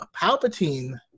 Palpatine